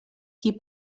qui